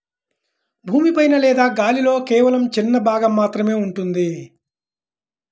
భూమి పైన లేదా గాలిలో కేవలం చిన్న భాగం మాత్రమే ఉంటుంది